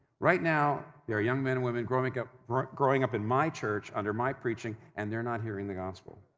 right now, there are young men and women growing up growing up in my church, under my preaching, and they're not hearing the gospel.